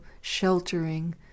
sheltering